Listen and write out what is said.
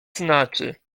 znaczy